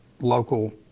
local